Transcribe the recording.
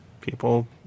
people